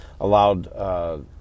allowed